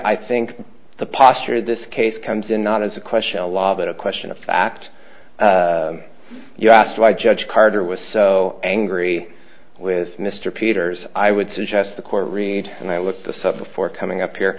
i think the posture this case comes in not is a question a law that a question of fact you asked why judge carter was so angry with mr peters i would suggest the court read and i looked this up before coming up here